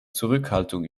zurückhaltung